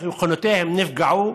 ומכוניותיהם נפגעו.